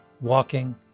walking